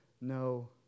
no